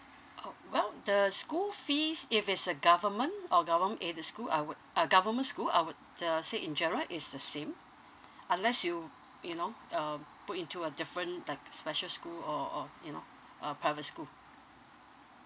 oh well the school fees if it's a government or government aided school I would uh government school I would uh say in general it's the same unless you you know um put into a different like special school or or you know a private school